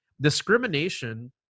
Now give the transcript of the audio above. Discrimination